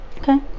Okay